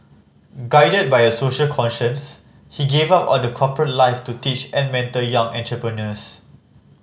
guided by a social conscience he give up all the corporate life to teach and mentor young entrepreneurs